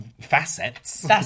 facets